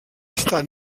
estat